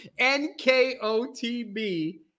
Nkotb